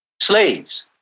slaves